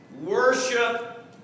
Worship